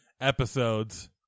episodes